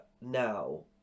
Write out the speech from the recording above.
now